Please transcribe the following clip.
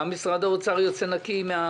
למה משרד האוצר יוצא נקי מהביקורת?